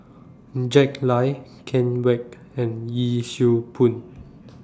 Jack Lai Ken Kwek and Yee Siew Pun